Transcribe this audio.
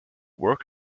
work